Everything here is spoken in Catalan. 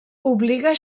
obliga